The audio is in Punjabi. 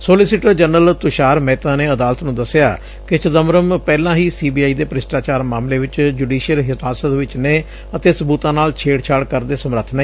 ਸੋਲੀਸਿਟਰ ਜਨਰਲ ਤੁਸ਼ਾਰ ਮਹਿਤਾ ਨੇ ਅਦਾਲਤ ਨੂੰ ੱਦਸਿਆ ਕਿ ਚਿਦੰਬਰਮ ਪਹਿਲਾਂ ਹੀ ਸੀ ਬੀ ਆਈ ਦੇ ਭ੍ਸਿਸਟਾਚਾਰ ਮਾਮਲੇ ਚ ਜੁਡੀਸ਼ੀਅਲ ਹਿਰਾਸਤ ਵਿਚ ਨੇ ਅਤੇ ਸਬੂਤਾਂ ਨਾਲ ਛੇਤਛਾੜ ਕਰਨ ਦੇ ਸਮਰਥ ਨਹੀਂ